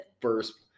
first